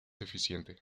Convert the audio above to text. eficiente